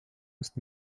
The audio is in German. ist